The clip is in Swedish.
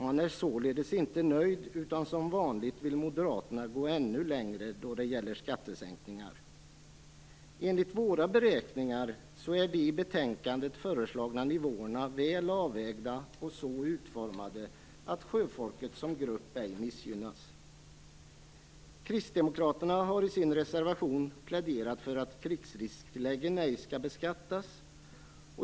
Man är således inte nöjd utan som vanligt vill moderaterna gå ännu längre när det gäller skattesänkningar. Enligt våra beräkningar är de i betänkandet föreslagna nivåerna väl avvägda och så utformade att sjöfolket som grupp ej missgynnas. Kristdemokraterna har i sin reservation pläderat för att krigsrisktilläggen ej skall beskattas.